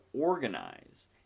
organize